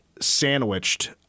sandwiched